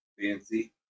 fancy